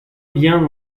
bien